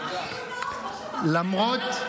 תודה.